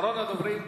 אחרון הדוברים,